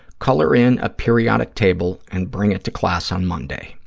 color in a periodic table and bring it to class on monday.